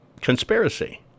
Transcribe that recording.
conspiracy